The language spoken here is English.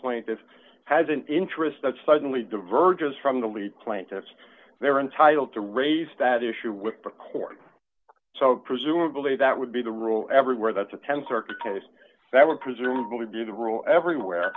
plaintiff has an interest that suddenly divergence from the lead plaintiffs they're entitled to raise that issue with the court so presumably that would be the rule everywhere that the th circuit that would presumably be the rule everywhere